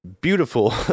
beautiful